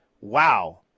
Wow